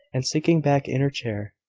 and sinking back in her chair.